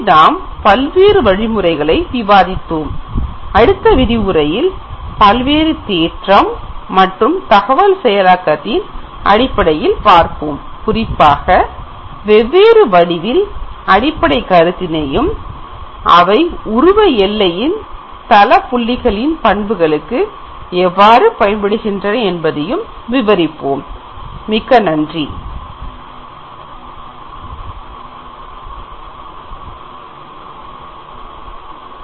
நாம் பல்வேறு வழிமுறைகளை விவாதித்தோம் அடுத்த விரிவுரையில் பல்வேறு தேற்றம் மற்றும் தகவல் செயலாக்கத்தின் அடிப்படையில் பார்ப்போம் குறிப்பாக வெவ்வேறு வடிவில் அடிப்படை கருத்தினையும் அவை உருவ எல்லையின் தள புள்ளிகளின் பண்புகளுக்கு எவ்வாறு பயன்படுகிறது என்பதையும் விவரிப்போம் இத்துடன் இதை இங்கே முடிக்கிறேன்